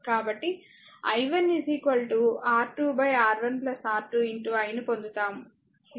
కాబట్టి I1 R2 R1 R2 i ను పొందుతాము